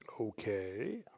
okay